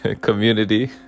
community